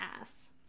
ass